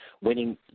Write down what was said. winning